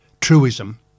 truism